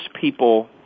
people